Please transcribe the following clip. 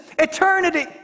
eternity